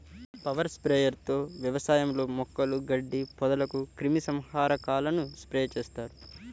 power sprayer తో వ్యవసాయంలో మొక్కలు, గడ్డి, పొదలకు క్రిమి సంహారకాలను స్ప్రే చేస్తారు